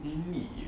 me